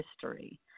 history